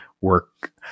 work